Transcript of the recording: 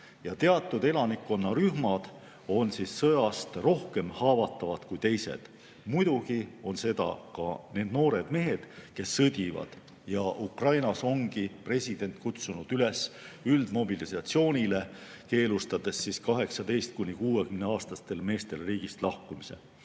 Teatud elanikkonnarühmad on sõjast rohkem haavatavad kui teised. Muidugi on seda ka need noored mehed, kes sõdivad. Ja Ukrainas ongi president kutsunud üles üldmobilisatsioonile, keelustades 18–60‑aastaste meeste riigist lahkumise.